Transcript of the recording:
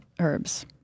herbs